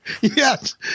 Yes